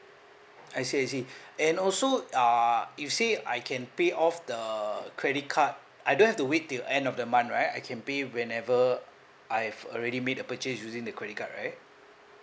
I see I see and also uh you say I can pay off the credit card I don't have to wait till the end of the month right I can pay whenever I have already made a purchase using the credit card right